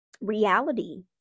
reality